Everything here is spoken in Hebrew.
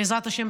בעזרת השם,